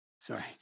Sorry